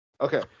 Okay